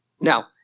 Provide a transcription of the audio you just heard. Now